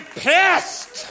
pissed